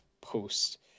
post